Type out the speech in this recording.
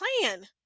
plan